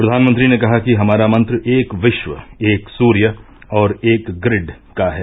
प्रधानमंत्री ने कहा कि हमारा मंत्र एक विश्व एक सूर्य और एक ग्रिड का है